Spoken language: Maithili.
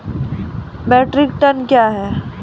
मीट्रिक टन कया हैं?